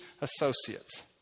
associates